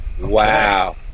Wow